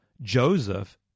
Joseph